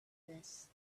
this